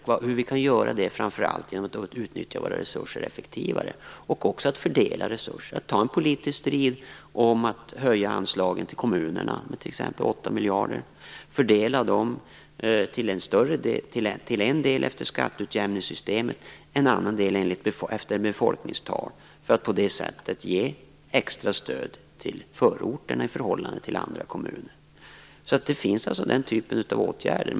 Det kan vi framför allt göra genom att utnyttja våra resurser effektivare och också genom att fördela dem, ta en politisk strid om att höja anslagen till kommunerna med t.ex. 8 miljarder och fördela dem dels efter skatteutjämningssystemet, dels efter befolkningstal för att på det sättet ge extra stöd till förorterna i förhållande till andra kommuner. Det finns alltså den typen av åtgärder.